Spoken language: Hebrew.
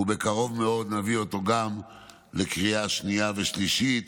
ובקרוב מאוד נביא אותו גם לקריאה שנייה ושלישית.